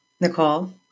Nicole